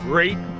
Great